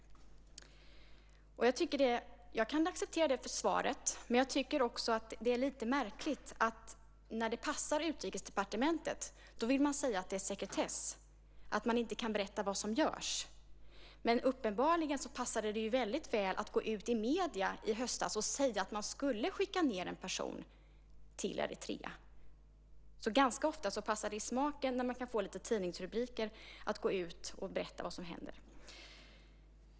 Jag kan acceptera det svaret, men jag tycker också att det är lite märkligt: När det passar Utrikesdepartementet vill man säga att sekretess råder och att man inte kan berätta vad som görs, men uppenbarligen passade det väldigt väl att gå ut i medier i höstas och säga att man skulle skicka ned en person till Eritrea. Ganska ofta faller det i smaken att gå ut och berätta vad som händer när man kan få lite tidningsrubriker.